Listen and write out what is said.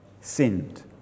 sinned